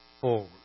forward